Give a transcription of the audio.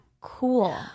cool